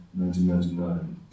1999